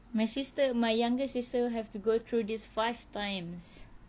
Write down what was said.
my sister my younger sister have to go through this five times